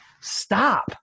stop